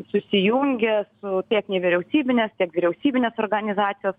susijungė su tiek nevyriausybinės tiek vyriausybinės organizacijos